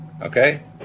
Okay